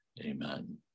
Amen